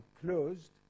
closed